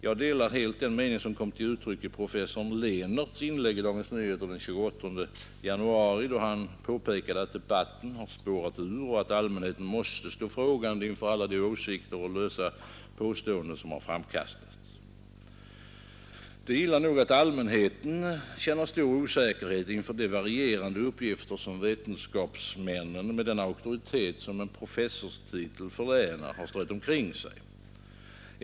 Jag delar helt den mening som kom till uttryck i professor Lehnerts inlägg i Dagens Nyheter den 28 januari, då han påpekade att debatten har spårat ur och att allmänheten måste stå frågande inför alla de åsikter och lösa påståenden som har framkastats. Det är illa nog att allmänheten känner stor osäkerhet inför de varierande uppgifter som vetenskapsmännen, med den auktoritet som en professorstitel förlänar, har strött omkring sig.